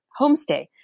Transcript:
homestay